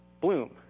bloom